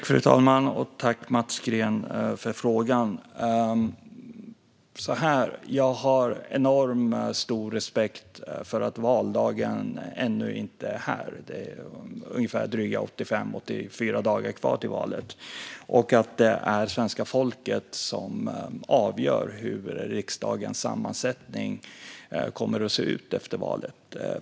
Fru talman! Jag tackar Mats Green för frågan. Jag har enormt stor respekt för att valdagen ännu inte är här. Det är 83 dagar kvar till valet. Det är svenska folket som avgör hur riksdagens sammansättning kommer att se ut efter valet.